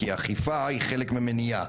כי אכיפה היא חלק ממניעה,